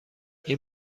این